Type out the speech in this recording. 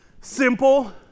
Simple